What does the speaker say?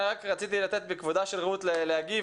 רציתי לתת לרות להגיב,